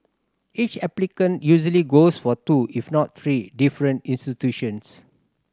each applicant usually goes for two if not three different institutions